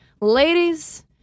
Ladies